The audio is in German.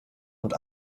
und